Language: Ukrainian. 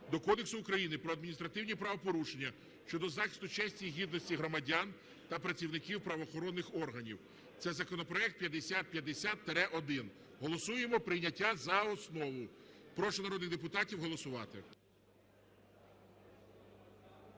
до Кодексу України про адміністративні правопорушення щодо захисту честі і гідності громадян та працівників правоохоронних органів. Це законопроект 5050-1. Голосуємо прийняття за основу. Прошу народних депутатів голосувати.